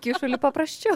kyšulį paprasčiau